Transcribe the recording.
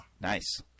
Nice